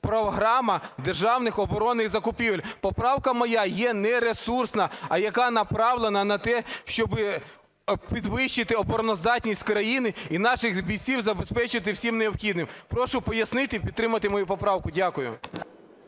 програма державних оборонних закупівель. Поправка моя є не ресурсна, а яка направлена на те, щоб підвищити обороноздатність країни і наших бійців забезпечити всім необхідним. Прошу пояснити і підтримати мою поправку. Дякую.